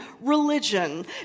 religion